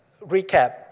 recap